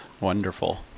Wonderful